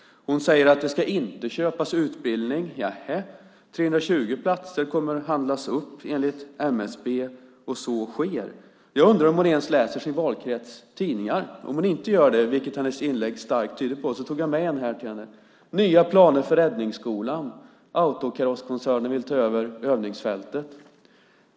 Hon säger att det inte ska köpas utbildning. Nähä? 320 platser kommer att handlas upp enligt MSB, och så sker. Jag undrar om hon ens läser sin valkrets tidningar. Hennes inlägg tyder starkt på att hon inte gör det, men jag tog med en här till henne. "Nya planer för Räddningsskolan. Autokarosskoncernen vill ta över övningsfältet."